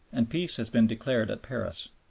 and peace has been declared at paris.